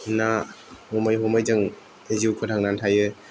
ना हमै हमै जों जिउ फोथांनानै थायो